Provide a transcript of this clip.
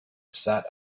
sat